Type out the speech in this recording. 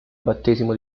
battesimo